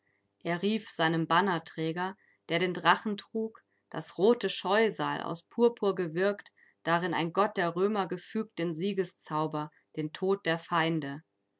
er rief seinem bannerträger der den drachen trug das rote scheusal aus purpur gewirkt darin ein gott der römer gefügt den siegeszauber den tod der feinde